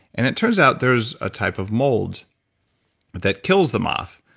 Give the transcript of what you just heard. and it turns out there's a type of mold but that kills the moth.